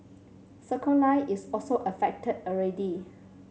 Circle Line is also affected already